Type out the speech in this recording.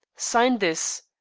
sign this.